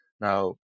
Now